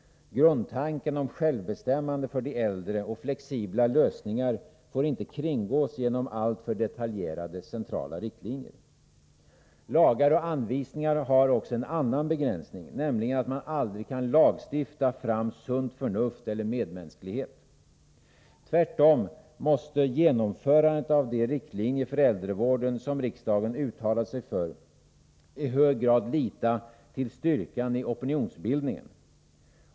Grundtanken om självbestämmande för de äldre och flexibla lösningar får inte kringgås genom alltför detaljerade centrala riktlinjer. Lagar och anvisningar har också en annan begränsning, nämligen att man aldrig kan lagstifta fram sunt förnuft eller medmänsklighet. Tvärtom måste genomförandet av de riktlinjer för äldrevården som riksdagen uttalat sig för i hög grad lita till styrkan i opinionsbildningen.